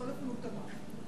בכל אופן, הוא תמך.